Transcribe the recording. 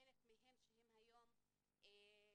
חלק מהם שהם היום הגיעו,